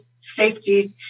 safety